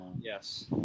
yes